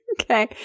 Okay